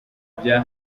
bya